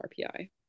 RPI